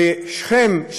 ושכם,